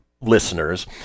listeners